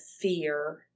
fear